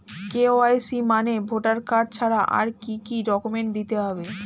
KYC মানে voter card ছাড়া আর কি কি ডকুমেন্ট দিতে হবে?